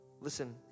Listen